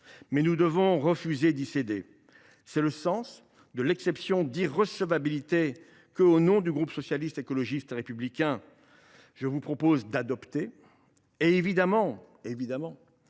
mais nous devons refuser d’y céder. Tel est le sens de l’exception d’irrecevabilité que, au nom du groupe Socialiste, Écologiste et Républicain, je vous propose d’adopter. Évidemment, si cette